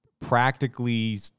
practically